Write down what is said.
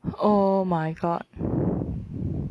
oh my god